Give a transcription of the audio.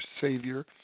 savior